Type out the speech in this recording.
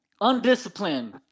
undisciplined